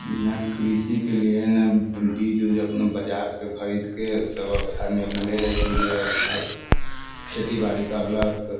यहाँ कृषिके लिए ने बीज उज अपना बजारसँ खरीदके सभ आदमी अपना ले जाइत है जे खेतीबाड़ी करलक